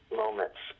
moments